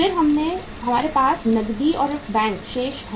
फिर हमारे पास नकदी और बैंक शेष हैं